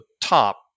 top